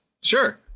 sure